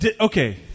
Okay